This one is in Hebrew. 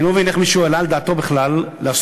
אני לא מבין איך מישהו העלה על דעתו בכלל לעשות